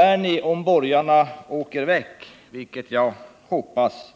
Är ni, om borgarna åker väck, vilket jag hoppas,